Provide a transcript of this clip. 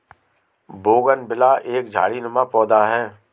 bougainvillea एक झाड़ीनुमा पौधा है